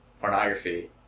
pornography